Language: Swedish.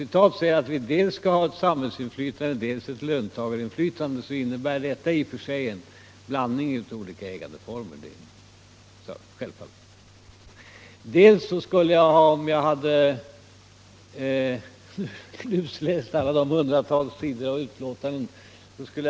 Om man säger att vi dels skall ha ett samhällsinflytande, dels ett löntagarinflytande, innebär det i och för sig att man uttalar sig för en blandning av olika ägandeformer. Jag har inte lusläst alla de hundratals sidor av utlåtanden som det här gäller.